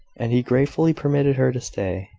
and he gratefully permitted her to stay.